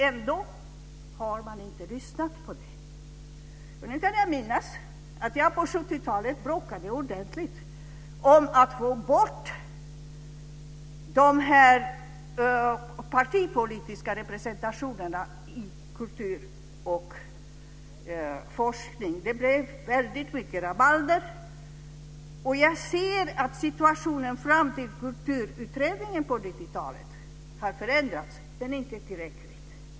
Ändå har man inte lyssnat på detta. Jag kan minnas att jag på 70-talet bråkade ordentligt om att få bort den här partipolitiska representationen i kultur och forskning. Det blev väldigt mycket rabalder. Jag ser att situationen fram till Kulturutredningen på 90-talet har förändrats - men inte tillräckligt.